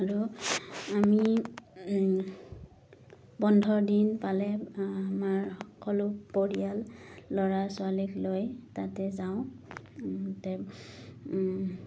আৰু আমি বন্ধৰ দিন পালে আমাৰ সকলো পৰিয়াল ল'ৰা ছোৱালীক লৈ তাতে যাওঁ তাতে